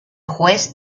juez